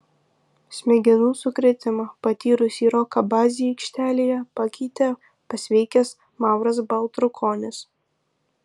smegenų sukrėtimą patyrusį roką bazį aikštelėje pakeitė pasveikęs mauras baltrukonis